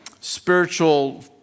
spiritual